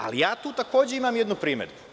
Ali, tu takođe imam jednu primedbu.